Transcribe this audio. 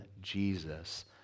Jesus